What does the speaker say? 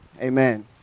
Amen